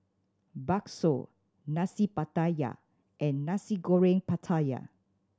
bakso Nasi Pattaya and Nasi Goreng Pattaya